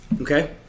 Okay